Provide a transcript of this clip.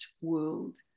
world